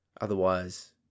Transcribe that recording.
otherwise